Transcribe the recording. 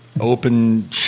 open